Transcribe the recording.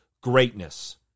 greatness